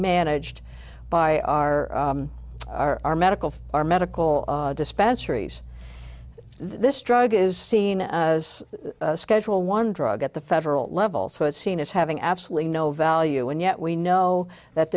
managed by our our our medical our medical dispensary says this drug is seen as a schedule one drug at the federal level so it's seen as having absolutely no value and yet we know that